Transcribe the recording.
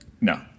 No